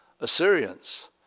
Assyrians